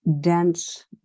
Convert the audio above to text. dense